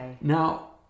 now